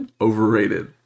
Overrated